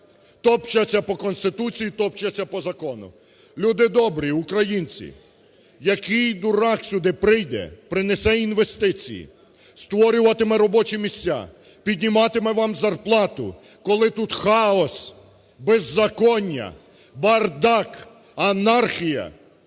топчаться по Конституції, топчаться по закону. Люди добрі, українці, який дурак сюди прийде, принесе інвестиції, створюватиме робочі місця, підніматиме вам зарплату, коли тут хаос, беззаконня, бардак, анархія?